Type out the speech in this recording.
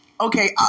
okay